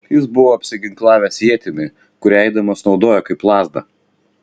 jis buvo apsiginklavęs ietimi kurią eidamas naudojo kaip lazdą